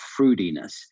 fruitiness